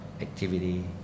activity